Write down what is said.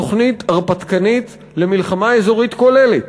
תוכנית הרפתקנית למלחמה אזורית כוללת.